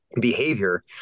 behavior